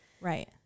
Right